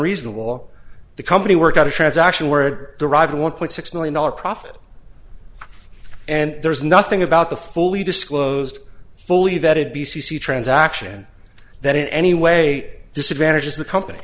reasonable the company worked out a transaction word derived a one point six million dollar profit and there's nothing about the fully disclosed fully vetted b c c transaction that in any way disadvantages the company